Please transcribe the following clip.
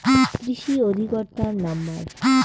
কৃষি অধিকর্তার নাম্বার?